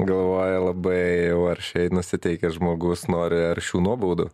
galvoju labai jau aršiai nusiteikęs žmogus nori aršių nuobaudų